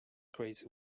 crazy